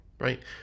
right